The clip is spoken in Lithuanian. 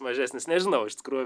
mažesnis nežinau iš tikrųjų